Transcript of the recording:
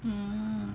hmm